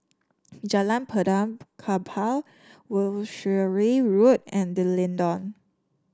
Jalan Benaan Kapal Wiltshire Road and D'Leedon